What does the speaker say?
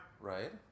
right